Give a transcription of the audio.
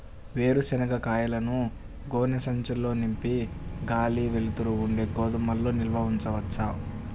వేరుశనగ కాయలను గోనె సంచుల్లో నింపి గాలి, వెలుతురు ఉండే గోదాముల్లో నిల్వ ఉంచవచ్చా?